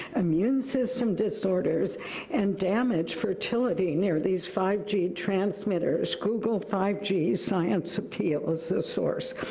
immune system disorders and damage fertility near these five g transmitters. google five g science appeal as a source.